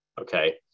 okay